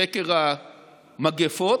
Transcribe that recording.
חקר המגפות,